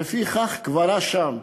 ולפיכך קברה שם,